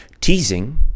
Teasing